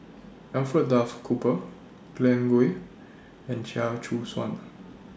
Alfred Duff Cooper Glen Goei and Chia Choo Suan